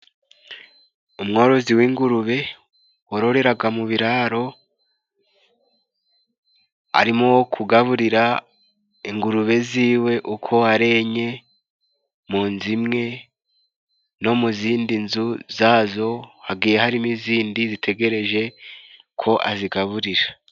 Umworozi w'ingurube wororeraga mu biraro, arimo kugaburira ingurube ziwe uko are enye mu nzu imwe, no mu zindi nzu zazo hagiye harimo izindi zitegereje ko azigaburira.